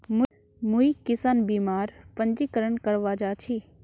मुई किसान बीमार पंजीकरण करवा जा छि